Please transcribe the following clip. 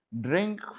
Drink